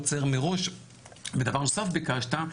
דבר נוסף ביקשת,